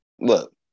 Look